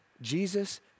Jesus